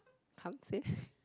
come say